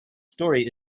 story